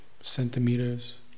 Centimeters